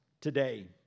today